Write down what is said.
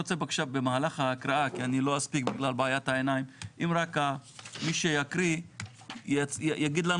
בגלל בעיית העיניים אבקש שמי שיקריא יגיד מה